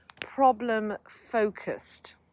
problem-focused